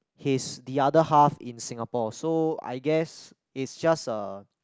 his the other half in Singapore so I guess it's just a